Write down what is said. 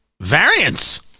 variants